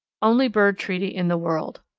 only bird treaty in the world.